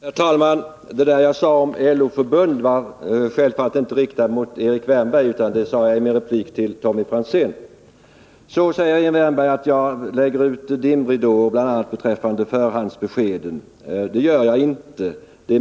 Herr talman! Det jag sade om LO-förbunden var självfallet inte riktat mot Erik Wärnberg, utan det sade jag i min replik till Tommy Franzén. Erik Wärnberg säger att jag lägger ut dimridåer, bl.a. beträffande förhandsbeskeden. Det gör jag inte.